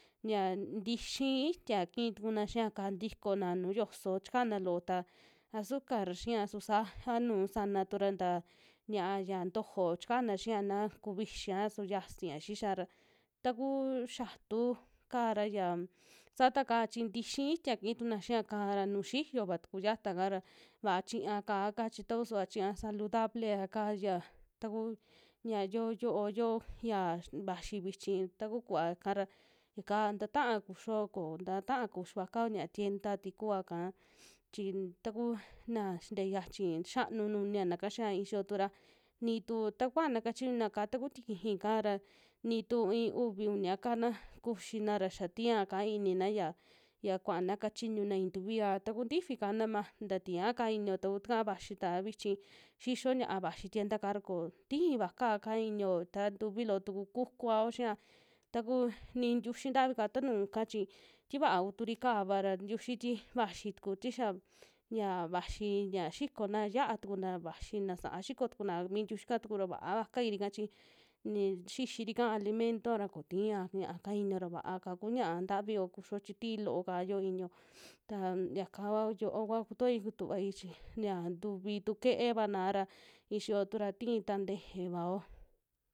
Xia tiixi itia kii tukuna xiaka tikona nuu yoso chikana loo ta azucar xia su saa aj nu sanatu ra ta ñiaa ya tojo chikana xia na kuvixia su xiasi'a xixia ra, takuu xiatu'ka ra saata ka chi tiixi itia kii tuna xia'ka ra nuu xiiyo'va tuku yata'ka ra vaa chiñaka kaa chi tausuva chiña saludablea'ka ya taku ñia yo yo'o yo ya vaxi vichi tuku kuva ika ra, yakaa tata'a kuxio ko tata'a kuxi kuakuao ña'a tienda tikuaka chi takuna xinte xiachi, xianu nuniana'ka xiiya i'i xiyotu ra nii tu, takuana kachiñunaka taku tikiji'ka ra, nitu ni uvi unia'ka na kuxina ra xia tiaka inina ya, ya kuaana kachiñuna i'in tuvi ya'a taku ntifa'ka nta ma, ntatiyaka inio taku ka vaxita vichi xixio ña'a vaxi tienda'ka ra koo tiji kuaka ka iniyo, ta ntuvi loo tuku kukuao xiya taku ni ntiuyi ntavi'ka tanu ka chi tivaa kuturikava ra, ntiuyi ti vaxi tuku ti xia ya vaxi ya xikona ya'a tukana vaxina sa'a xiko tukuna a mi tiuxika tuku ra vaa vakairi'ka, chi ni xixirika alimento ra kotia ña'aka iniyo ra vaaka ku ña'a ntavi yo'o kuxio chi tii looka yo'o inio ta yakava, yoo kua kutoi kutuvai chi ya ntuvitu keevana ra i'i xiyotu ra tita tejevao.